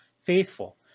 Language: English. faithful